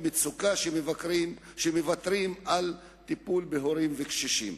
מצוקה שמוותרים על טיפול בהוריהם הקשישים.